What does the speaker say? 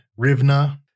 RIVNA